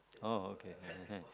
oh okay